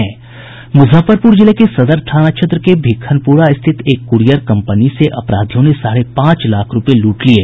मुजफ्फरपुर जिले के सदर थाना क्षेत्र के भिखनपुरा स्थित एक कुरियर कम्पनी से अपराधियों ने साढ़े पांच लाख रूपये लूट लिये